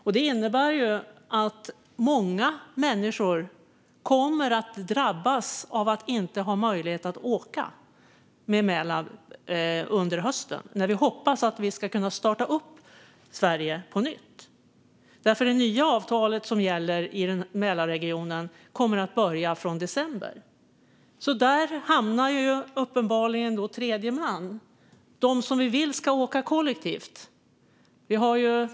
Detta innebär att många människor kommer att drabbas av att inte ha möjlighet att åka med Mälab under hösten, när vi hoppas att vi ska kunna starta upp Sverige på nytt. Det nya avtalet för Mälarregionen börjar gälla från december. Där hamnar uppenbarligen tredje man, som vi vill ska åka kollektivt, i kläm.